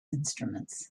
instruments